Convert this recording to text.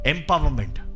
Empowerment